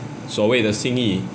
所谓的心意